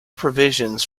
provisions